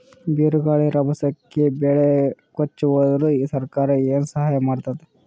ಬಿರುಗಾಳಿ ರಭಸಕ್ಕೆ ಬೆಳೆ ಕೊಚ್ಚಿಹೋದರ ಸರಕಾರ ಏನು ಸಹಾಯ ಮಾಡತ್ತದ?